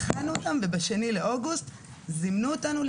הכנו אותם וב-2 לאוגוסט זימנו אותנו,